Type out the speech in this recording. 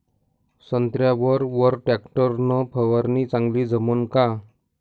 संत्र्यावर वर टॅक्टर न फवारनी चांगली जमन का?